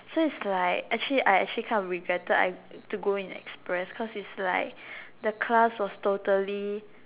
so it's like actually I I actually kind of regretted I to go in express cause is like the class was totally